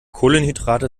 kohlenhydrate